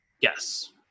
Yes